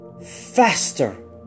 faster